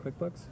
QuickBooks